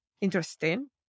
interesting